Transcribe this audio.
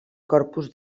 corpus